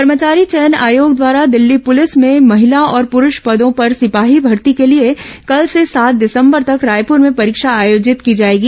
कर्मचारी चयन आयोग द्वारा दिल्ली प्रलिस में महिला और पुरूष पदों पर सिपाही भर्ती के लिए कल से सात दिसंबर तक रायपुर में परीक्षा आयोजित की जाएगी